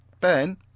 Ben